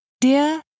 Dear